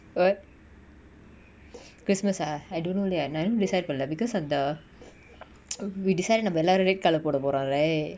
what christmas ah I don't know leh நா இன்னு:na innu decide பன்னல:pannala because அந்த:antha விடு சரி நம்ம எல்லாரு:vidu sari namma ellaru red colour போடபோரோ:podapora right